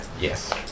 Yes